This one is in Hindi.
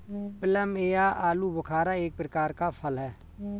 प्लम या आलूबुखारा एक प्रकार का फल है